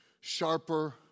sharper